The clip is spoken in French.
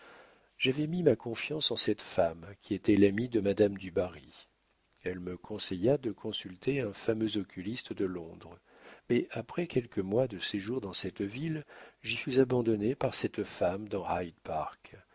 j'avais mis ma confiance en cette femme qui était l'amie de madame du barry elle me conseilla de consulter un fameux oculiste de londres mais après quelques mois de séjour dans cette ville j'y fus abandonné par cette femme dans